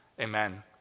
Amen